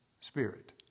Spirit